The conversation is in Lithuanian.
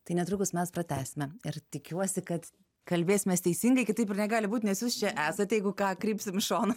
tai netrukus mes pratęsime ir tikiuosi kad kalbėsimės teisingai kitaip ir negali būt nes jūs čia esate jeigu ką krypsim į šoną